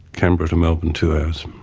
canberra to melbourne, two hours.